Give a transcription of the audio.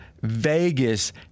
Vegas